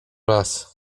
raz